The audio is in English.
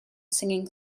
singing